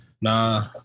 Nah